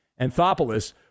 Anthopoulos